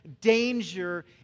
danger